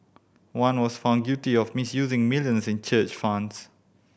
one was found guilty of misusing millions in church funds